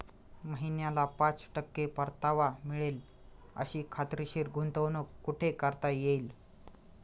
महिन्याला पाच टक्के परतावा मिळेल अशी खात्रीशीर गुंतवणूक कुठे करता येईल?